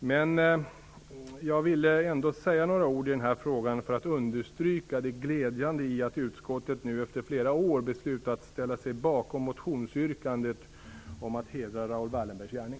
Men jag ville ändå säga några ord i den här frågan för att understryka det glädjande i att utskottet nu efter flera år beslutat att ställa sig bakom motionsyrkandet om att hedra Raoul Wallenbergs gärning.